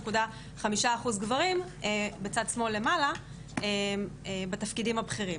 3.5% גברים בצד שמאל למעלה בתפקידים הבכירים.